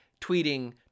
tweeting